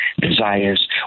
desires